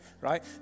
right